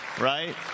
Right